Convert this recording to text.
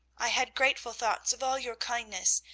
i had grateful thoughts of all your kindness,